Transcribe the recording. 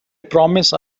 promise